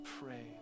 pray